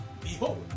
Behold